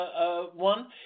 one